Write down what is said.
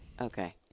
Okay